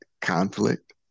conflict